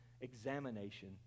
examination